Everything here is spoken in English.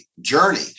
journey